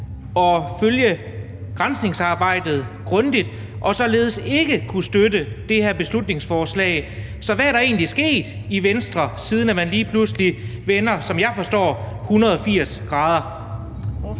at følge granskningsarbejdet grundigt og således ikke kunne støtte det her beslutningsforslag, så hvad er der egentlig sket i Venstre, siden man lige pludselig, som jeg forstår det,